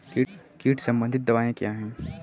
कीट संबंधित दवाएँ क्या हैं?